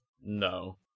No